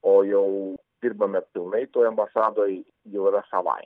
o jau dirbame pilnai toj ambasadoj jau yra savai